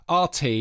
RT